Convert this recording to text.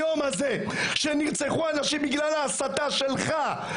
היום הזה שנרצחו אנשים בגלל ההסתה שלך,